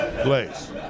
place